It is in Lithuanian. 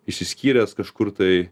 išsiskyręs kažkur tai